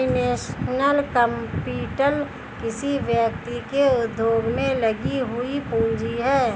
financial capital किसी व्यक्ति के उद्योग में लगी हुई पूंजी है